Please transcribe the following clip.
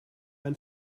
ein